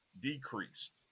decreased